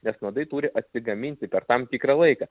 nes nuodai turi atsigaminti per tam tikrą laiką